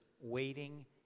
waiting